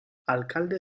alcalde